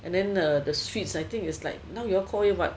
and then the sweets I think is like now you all call it what